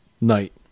night